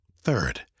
Third